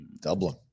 Dublin